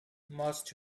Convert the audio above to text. most